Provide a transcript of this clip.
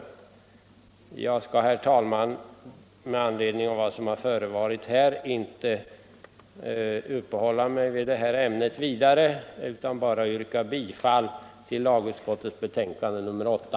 Herr talman! Med anledning av vad som förevarit skall jag nu inte uppehålla mig vidare vid detta ämne utan nöjer mig med att yrka bifall till lagutskottets hemställan i dess betänkande nr 8.